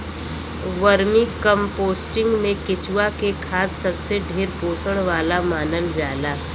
vermicomposting में केचुआ के खाद सबसे ढेर पोषण वाला मानल जाला